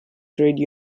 trade